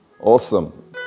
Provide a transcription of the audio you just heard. Awesome